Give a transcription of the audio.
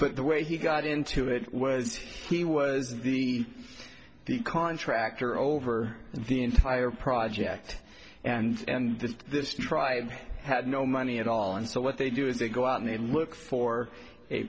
but the way he got into it was he was the contractor over the entire project and this this tribe had no money at all and so what they do is they go out and look for a